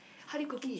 how do you cook it